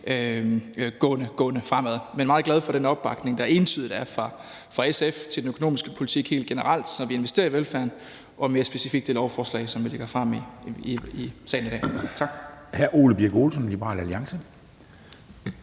Men jeg er meget glad for den opbakning, der entydigt er fra SF til den økonomiske politik helt generelt, når vi investerer i velfærden, og mere specifikt i forhold til det lovforslag, som er lagt frem i salen i dag. Tak.